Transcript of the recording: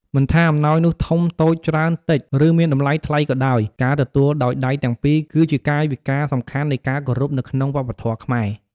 មិនថាអំណោយនោះ ធំ តូច ច្រើន តិច ឬមានតម្លៃថ្លៃក៏ដោយ ការទទួលដោយដៃទាំងពីរគឺជាកាយវិការសំខាន់នៃការគោរពនៅក្នុងវប្បធម៌ខ្មែរ។